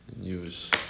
use